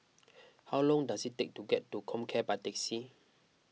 how long does it take to get to Comcare by taxi